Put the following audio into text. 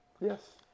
Yes